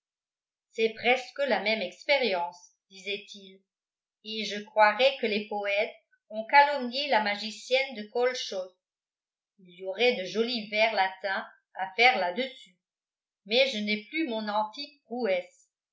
c'est presque la même expérience disait-il et je croirais que les poètes ont calomnié la magicienne de colchos il y aurait de jolis vers latins à faire là-dessus mais je n'ai plus mon antique